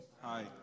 Hi